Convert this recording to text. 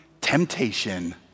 Temptation